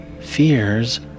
fear's